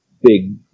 big